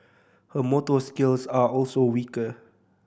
her motor skills are also weaker